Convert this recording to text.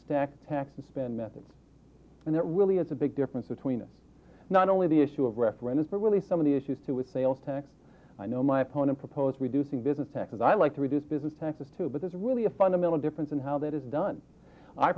stack tax and spend method and that really is a big difference between us not only the issue of referendums but really some of the issues too with sales tax i know my opponent proposed reducing business taxes i like to reduce business taxes too but that's really a fundamental difference in how that is done i